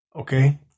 Okay